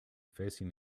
facing